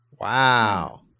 Wow